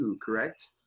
correct